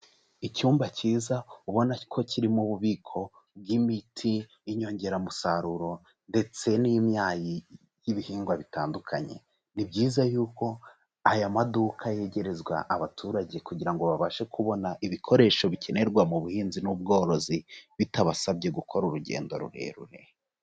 Icyumba cyiza ubona ko kirimo ububiko bw'imiti y'inyongeramusaruro ndetse n'imyayi y'ibihingwa bitandukanye. Ni byiza yuko aya maduka yegerezwa abaturage kugira ngo babashe kubona ibikoresho bikenerwa mu buhinzi n'ubworozi, bitabasabye gukora urugendo rurerure.